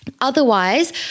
Otherwise